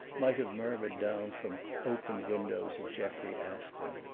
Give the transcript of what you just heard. might have murmured down from open windows at jeffrey aspern,